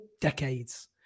decades